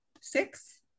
Six